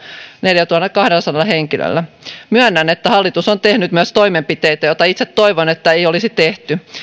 neljällätuhannellakahdellasadalla henkilöllä myönnän että hallitus on tehnyt myös toimenpiteitä joita itse toivon että ei olisi tehty